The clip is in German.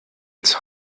ins